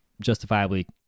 justifiably